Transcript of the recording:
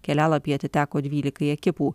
kelialapiai atiteko dvylikai ekipų